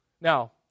now